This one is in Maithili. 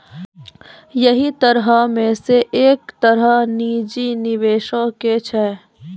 यहि तरहो मे से एक तरह निजी निबेशो के छै